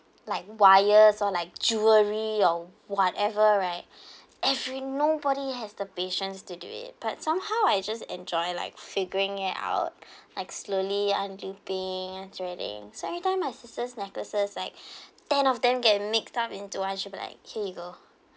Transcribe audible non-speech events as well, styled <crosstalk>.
like wires or like jewelry your whatever right <breath> every nobody has the patient to do it but somehow I just enjoy like figuring it out <breath> like slowly un-looping un-threading so every time my sister's necklaces like <breath> ten of them get mixed up into one she will like here you go